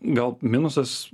gal minusas